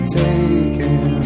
taken